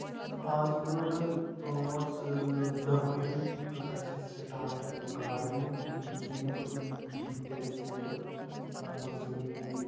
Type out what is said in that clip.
آز برٛونٚٹھ پانٛژھ دہ ؤری کٔر اَسہِ سٔٹاٹ گارڈِنِگ یِم ژوٗنٹھۍ کُلۍ دِتۍ اَسہِ لگ بگ زٔمیٖن